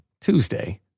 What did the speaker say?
Tuesday